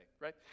right